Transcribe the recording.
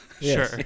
Sure